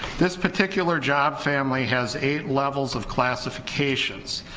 this particular job family has eight levels of classifications.